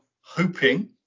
hoping